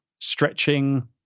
stretching